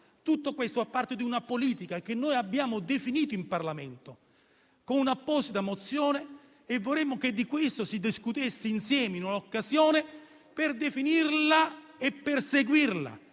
Tutto questo fa parte di una politica che abbiamo definito in Parlamento con un'apposita mozione e vorremmo che di questo si discutesse insieme in un'occasione per definirla e perseguirla,